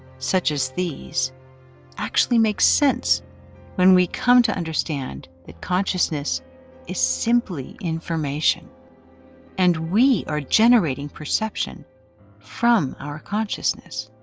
such as these actually make sense when we come to understand that consciousness is simply information and we are generating perception from our consciousness.